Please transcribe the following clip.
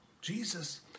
Jesus